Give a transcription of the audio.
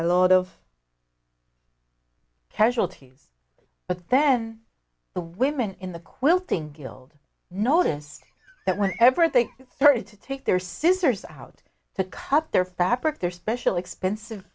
a lot of casualties but then the women in the quilting guild noticed that when ever they started to take their scissors out to cut their fabric their special expensive